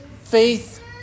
faith